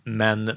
men